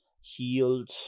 healed